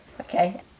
Okay